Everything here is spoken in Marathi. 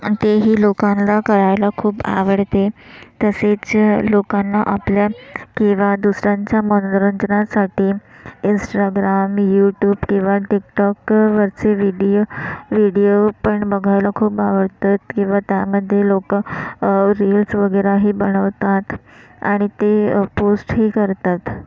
अन ते ही लोकांला करायला खूप आवडते तसेच लोकांना आपल्या किंवा दुसऱ्यांच्या मनोरंजनासाठी इंस्टाग्राम यूट्यूब किंवा टिकटॉकवरचे विडियो विडियो पण बघायला खूप आवडतात किंवा त्यामध्ये लोकं रील्स वगैरेही बनवतात आणि ते पोस्टही करतात